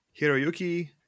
Hiroyuki